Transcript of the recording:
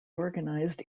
organised